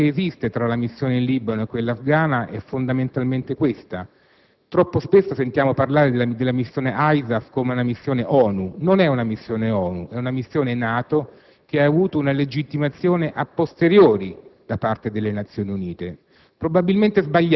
La differenza che esiste tra la missione in Libano e quella afghana è fondamentalmente questa: troppo spesso sentiamo parlare della missione ISAF come di una missione ONU. Non è una missione ONU, ma una missione NATO, che a avuto una legittimazione *a* *posteriori* da parte della Nazioni Unite;